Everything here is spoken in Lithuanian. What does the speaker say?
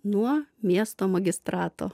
nuo miesto magistrato